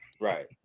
right